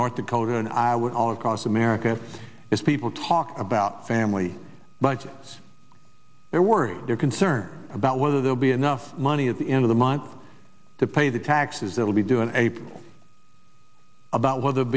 north dakota and i with all across america is people talk about family but they're worried they're concerned about whether there'll be enough money at the end of the month to pay the taxes that will be doing april about whether